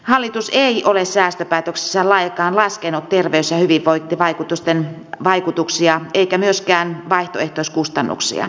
hallitus ei ole säästöpäätöksissään lainkaan laskenut terveys ja hyvinvointivaikutuksia eikä myöskään vaihtoehtoiskustannuksia